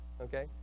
okay